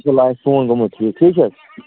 اِنشاء اَللّہ آسہِ فون گوٚومُت ٹھیٖک ٹھیٖک چھُ حظ